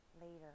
later